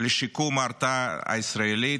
לשיקום ההרתעה הישראלית.